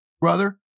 brother